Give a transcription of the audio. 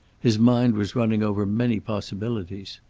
his mind was running over many possibilities.